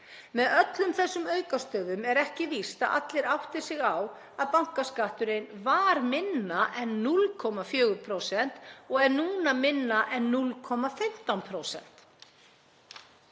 Með öllum þessum aukastöfum er ekki víst að allir átti sig á að bankaskatturinn var minna en 0,4% og er núna minna en 0,15%.